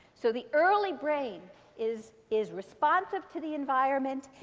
so the early brain is is responsive to the environment.